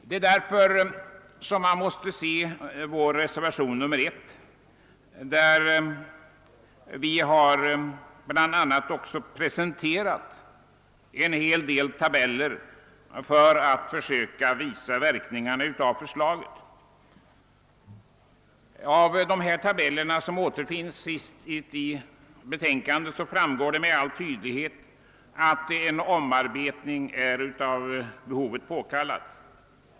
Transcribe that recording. Det är mot den bakgrunden man skall se vår reservation nr 1. Vi har också presenterat en hel del tabeller för att belysa vissa verkningar av förslaget. Av tabellerna, som återfinns sist i betänkandet, framgår med all tydlighet att en omarbetning är av behovet påkallad.